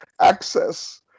access